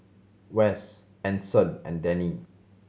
Wess Anson and Dennie